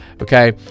okay